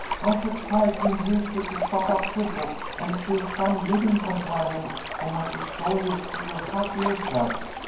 i should try to induce you to shut up your books, and choose some living companion who might restore you to your happier self.